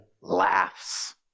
laughs